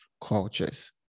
cultures